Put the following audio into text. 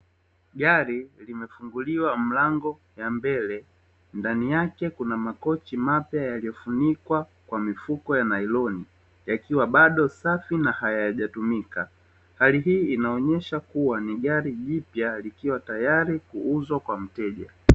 Gri limefunguliwa milango ya mbele ndani yake kuna makochi mapya yaliyofunikwa kwa mifuko ya nailoni yakiwa bado safi na hayajatumika, hali hii inaonyesha kuwa ni gari jipya likiwa tayari kuuzwa kwa mteja.